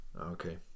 okay